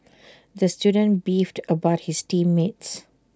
the student beefed about his team mates